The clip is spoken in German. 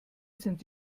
sind